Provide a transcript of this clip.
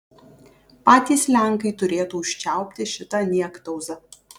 patys lenkai turėtų užčiaupti šitą niektauzą